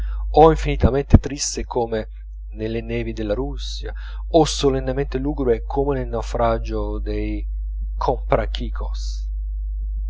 o infinitamente triste come nelle nevi della russia o solennemente lugubre come nel naufragio dei